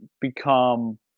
become